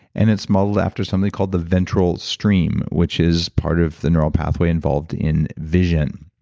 and it's modeled after something called the ventral stream, which is part of the neural pathway involved in vision